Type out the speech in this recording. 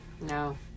No